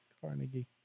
Carnegie